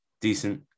decent